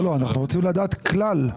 אנחנו רוצים לדעת סך הכול.